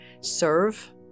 serve